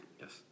Yes